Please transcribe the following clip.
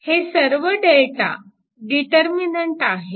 हे सर्व Δ डीटरर्मिनंट आहेत